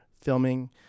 filming